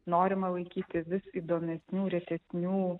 norima laikyti vis įdomesnių retesnių